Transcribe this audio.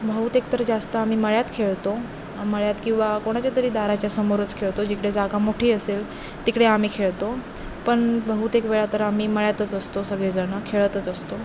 बहुतेक तर जास्त आम्ही मळ्यात खेळतो मळ्यात किंवा कोणाच्या तरी दाराच्या समोरच खेळतो जिकडे जागा मोठी असेल तिकडे आम्ही खेळतो पण बहुतेक वेळा तर आम्ही मळ्यातच असतो सगळेजणं खेळतच असतो